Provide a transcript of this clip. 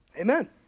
Amen